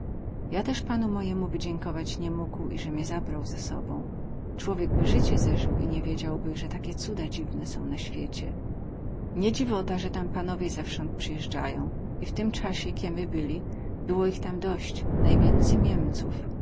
ja tez panu mojemu wydziękować ni mógł ize mie zabrał ze sobą cłowiek by zycie zezył i nie wiedziałby ze takie cuda dziwne są na świecie nie dziwota ze tam panowie zewsąd przyjezdzają i w tym casie kie my byli było ich tam dość najwięcy miemców